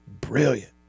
Brilliant